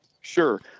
Sure